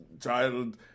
child